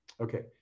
Okay